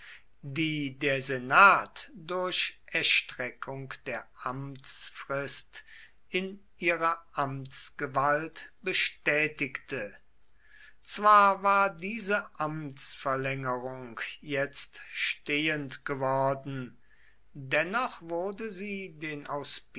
die der senat durch erstreckung der amtsfrist in ihrer amtsgewalt bestätigte zwar war diese amtsverlängerung jetzt stehend geworden dennoch wurde sie den